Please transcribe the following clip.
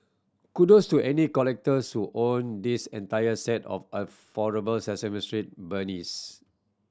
kudos to any collectors who own this entire set of Sesame Street beanies